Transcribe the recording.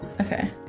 Okay